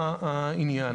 העניין.